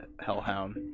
Hellhound